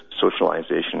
socialization